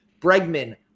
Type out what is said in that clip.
Bregman